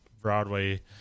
Broadway